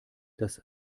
dass